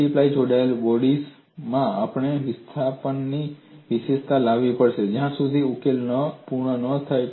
multiply જોડાયેલ bodies માં તમારે વિસ્થાપનની વિશિષ્ટતા લાવવી પડશે જ્યાં સુધી ઉકેલ પૂર્ણ ન થાય